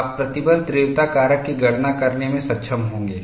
आप प्रतिबल तीव्रता कारक की गणना करने में सक्षम होंगे